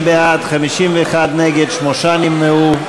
40 בעד, 51 נגד, שמונה נמנעו.